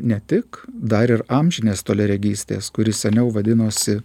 ne tik dar ir amžinės toliaregystės kuri seniau vadinosi